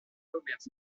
commerces